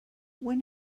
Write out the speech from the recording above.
when